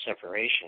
separation